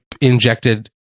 injected